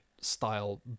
style